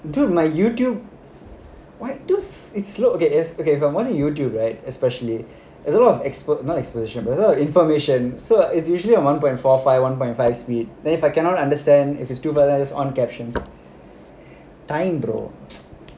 dude my YouTube it's slow okay if I watch on YouTube right especially there's a lot of expert not experts a lot of information so it's usually a one point four five one point five speed then if I cannot understand if it's too complicated I just on captions